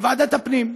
לוועדת הפנים,